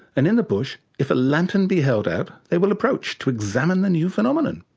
and in the bush if a lantern be held out they will approach to examine the new phenomenon.